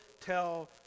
tell